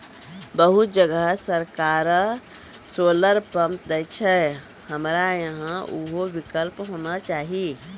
बहुत जगह सरकारे सोलर पम्प देय छैय, हमरा यहाँ उहो विकल्प होना चाहिए?